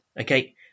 Okay